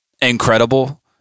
incredible